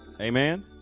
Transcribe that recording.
Amen